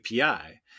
API